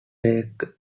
takes